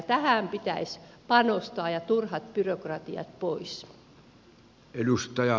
tähän pitäisi panostaa ja turhat byrokratiat pois